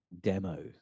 demo